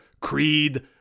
creed